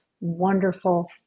wonderful